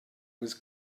was